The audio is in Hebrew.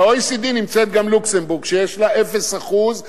ב-OECD נמצאת גם לוקסמבורג שיש לה אפס אחוז חוב,